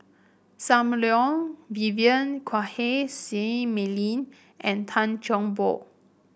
Sam Leong Vivien Quahe Seah Mei Lin and Tan Cheng Bock